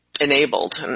enabled